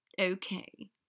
Okay